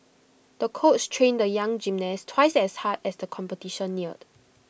the coach trained the young gymnast twice as hard as the competition neared